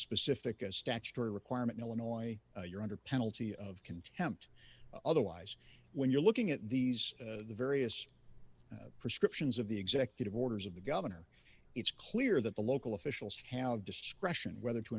specific a statutory requirement illinois you're under penalty of contempt otherwise when you're looking at these various prescriptions of the executive orders of the governor it's clear that the local officials held discretion whether to